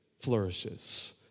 flourishes